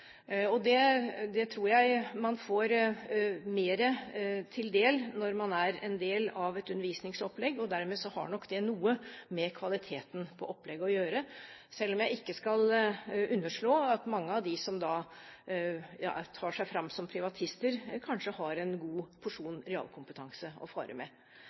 som dannelse. Det tror jeg man blir mer til del når man er en del av et undervisningsopplegg. Dermed har nok det noe med kvaliteten på opplegget å gjøre – selv om jeg ikke skal underslå at mange av dem som tar seg fram som privatister, kanskje har en god porsjon realkompetanse å fare med.